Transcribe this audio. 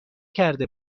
کرده